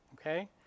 Okay